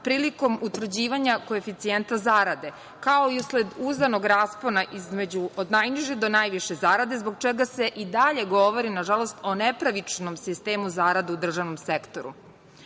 prilikom utvrđivanja koeficijenta zarade, kao i usled uzanog raspona od najniže do najviše zarade, a zbog čega se i dalje govori o nepravičnom sistemu zarada u državnom sektoru. Prema